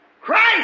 Christ